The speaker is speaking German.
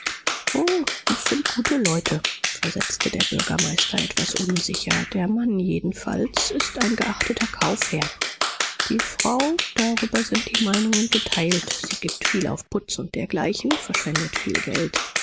es sind gute leute versetzte der bürgermeister etwas unsicher der mann jedenfalls ist ein geachteter kaufherr die frau darüber sind die meinungen geteilt sie gibt viel auf putz und dergleichen verschwendet viel geld